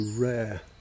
rare